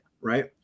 right